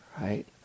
right